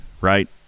right